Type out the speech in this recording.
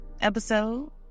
episode